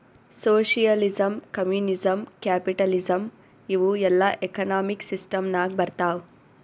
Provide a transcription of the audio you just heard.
socialism, communism, capitalism ಇವೂ ಎಲ್ಲಾ economic system ನಾಗ್ ಬರ್ತಾವ್